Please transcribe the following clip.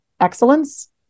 excellence